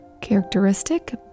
characteristic